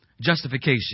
justification